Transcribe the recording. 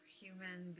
human